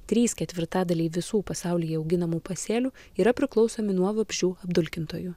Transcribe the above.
trys ketvirtadaliai visų pasaulyje auginamų pasėlių yra priklausomi nuo vabzdžių apdulkintojų